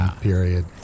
period